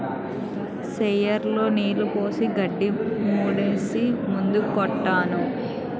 sprayer లో నీళ్లు పోసి గడ్డి మందేసి మందు కొట్టాను